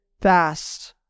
fast